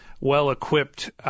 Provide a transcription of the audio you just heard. well-equipped